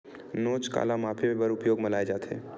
नोच काला मापे बर उपयोग म लाये जाथे?